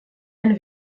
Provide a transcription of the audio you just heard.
ein